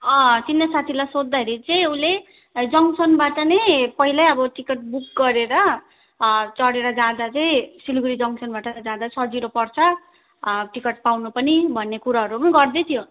चिन्ने साथीलाई सोद्धाखेरि चाहिँ उसले जङ्सनबाट नै पहिल्यै अब टिकट बुक गरेर चढेर जाँदा चाहिँ सिलगडी जङ्सनबाट जाँदा सजिलो पर्छ टिकट पाउनु पनि भन्ने कुराहरू गर्दै थियो